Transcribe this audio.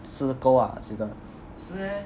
是够啊真的